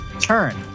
turn